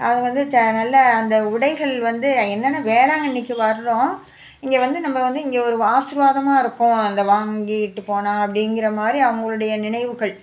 அவங்க வந்து ச்ச நல்ல அந்த உடைகள் வந்து என்னென்னா வேளாங்கண்ணிக்கு வர்றோம் இங்கே வந்து நம்ம வந்து இங்கே ஒரு ஆசிர்வாதமாக இருப்போம் அதை வாங்கிட்டு போனால் அப்படிங்கிற மாதிரி அவங்களுடைய நினைவுகள்